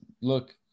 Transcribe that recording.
look